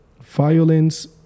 violence